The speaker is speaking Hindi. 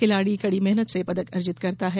खिलाड़ी कड़ी मेहनत से पदक अर्जित करता है